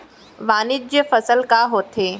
वाणिज्यिक फसल का होथे?